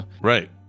right